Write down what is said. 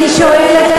אני שואלת,